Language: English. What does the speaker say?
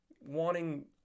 wanting